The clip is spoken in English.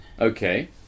Okay